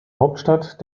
hauptstadt